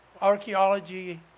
archaeology